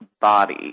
body